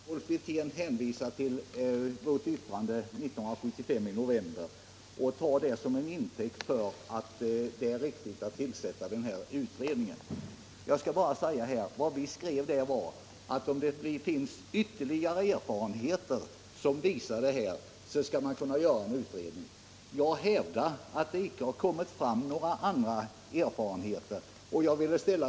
Herr talman! Rolf Wirtén hänvisar till inrikesutskottets betänkande i november 1975. Han tar det till intäkt för att det nu skulle vara riktigt att tillsätta den här utredningen. Vad vi skrev där var att om det vanns ytterligare erfarenheter så skulle man kunna göra en utredning. Jag hävdar att det inte har kommit fram några andra erfarenheter än de vi hade då.